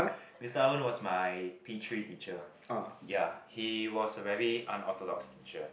Mister Arun was my P three teacher ya he was a very unorthodox teacher